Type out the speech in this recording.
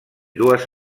dues